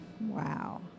Wow